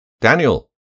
Daniel